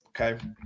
okay